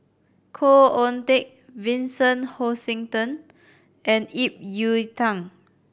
Khoo Oon Teik Vincent Hoisington and Ip Yiu Tung